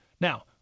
Now